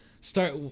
start